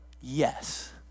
Yes